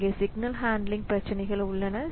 இங்கே signal handling பிரச்சினைகள் உள்ளன